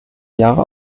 jahre